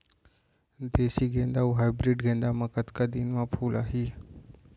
देसी गेंदा अऊ हाइब्रिड गेंदा म कतका दिन म फूल आही?